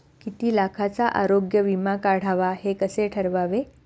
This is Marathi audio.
किती लाखाचा आरोग्य विमा काढावा हे कसे ठरवावे?